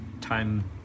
time